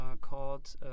called